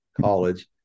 college